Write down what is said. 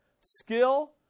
Skill